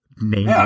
Name